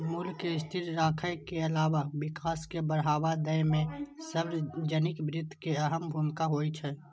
मूल्य कें स्थिर राखै के अलावा विकास कें बढ़ावा दै मे सार्वजनिक वित्त के अहम भूमिका होइ छै